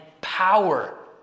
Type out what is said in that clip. power